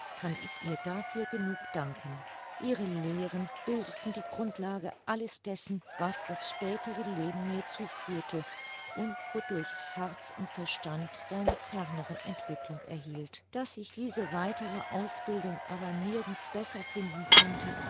kann ich ihr dafür genug danken ihre lehren bildeten die grundlage alles dessen was das spätere leben mir zuführte und wodurch herz und verstand seine fernere entwicklung erhielt daß ich diese weitere ausbildung aber nirgends besser finden konnte